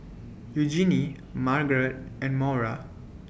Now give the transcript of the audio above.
Eugenie Margaret and Maura